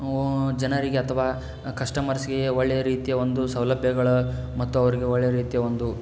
ಜನರಿಗೆ ಅಥವಾ ಕಸ್ಟಮರ್ಸ್ಗೆ ಒಳ್ಳೆಯ ರೀತಿಯ ಒಂದು ಸೌಲಭ್ಯಗಳ ಮತ್ತು ಅವರಿಗೆ ಒಳ್ಳೆಯ ರೀತಿಯ ಒಂದು